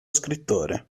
scrittore